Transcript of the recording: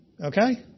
Okay